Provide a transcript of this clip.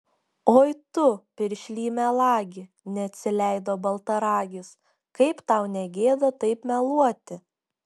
oi tu piršly melagi neatsileido baltaragis kaip tau ne gėda taip meluoti